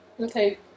Okay